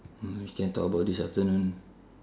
mm we can talk abiut this afternoon